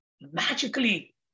magically